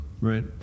right